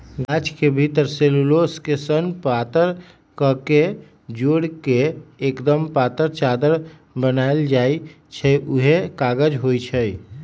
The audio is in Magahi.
गाछ के भितरी सेल्यूलोस के सन पातर कके जोर के एक्दम पातर चदरा बनाएल जाइ छइ उहे कागज होइ छइ